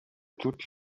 toutes